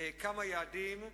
כמה יעדים,